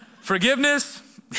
Forgiveness